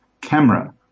camera